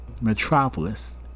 Metropolis